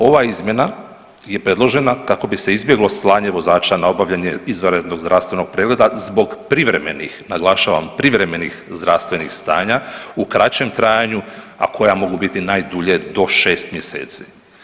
Ova izmjena je predložena kako bi se izbjeglo slanje vozača na obavljanje izvanrednog zdravstvenog pregleda zbog privremenih, naglašavam privremenih zdravstvenih stanja u kraćem trajanju, a koja mogu biti najdulje do šest mjeseci.